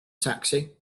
taxi